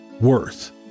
worth